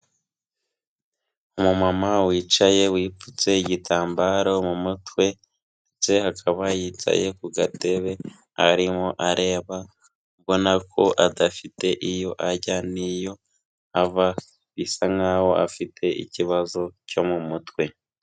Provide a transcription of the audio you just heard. Umumama wicaye, wipfutse igitambaro mu mutwe, ndetse akaba yicaye ku gatebe, arimo areba ubona ko adafite iyo ajya n'iyo ava, bisa nk'aho afite ikibazo cyo mu mutwe.